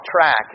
track